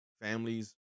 families